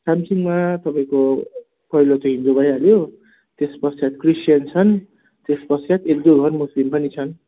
सामसिङमा तपाईँको पहिलो चाहिँ हिन्दू भइहाल्यो त्यस पश्चात क्रिस्चियन छन् त्यस पश्चात एक दुईवटा मुस्लिम पनि छन्